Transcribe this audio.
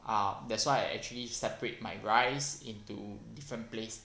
ah that's why I actually separate my rice into different place